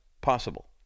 possible